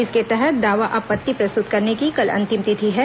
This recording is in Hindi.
इसके तहत दावा आपत्ति प्रस्तुत करने की कल अंतिम तिथि है